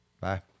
Bye